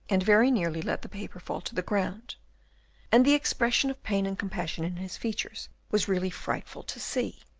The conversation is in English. and very nearly let the paper fall to the ground and the expression of pain and compassion in his features was really frightful to see.